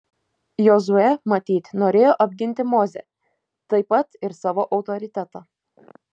jozuė matyt norėjo apginti mozę taip pat ir savo autoritetą